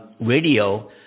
radio